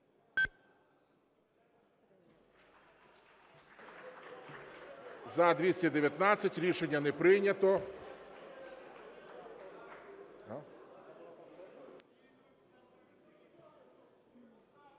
За-219 Рішення не прийнято.